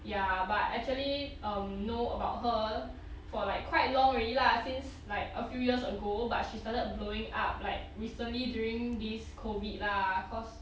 ya but actually um know about her for like quite long already lah since like a few years ago but she started blowing up like recently during these COVID lah cause